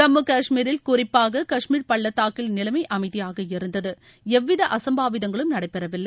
ஜம்மு காஷ்மீரில் குறிப்பாக காஷ்மீர் பள்ளத்தாக்கில் நிலைமை அமைதியாக இருந்தது எவ்வித அசம்பாவிதங்களும் நடைபெறவில்லை